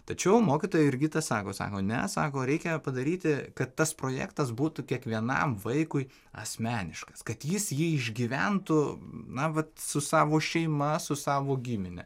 tačiau mokytoja jurgita sako sako ne sako reikia padaryti kad tas projektas būtų kiekvienam vaikui asmeniškas kad jis jį išgyventų na vat su savo šeima su savo gimine